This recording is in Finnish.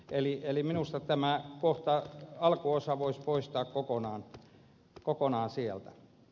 eli minusta tämän kohdan alkuosa voitaisiin poistaa kokonaan sieltä